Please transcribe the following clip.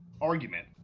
argument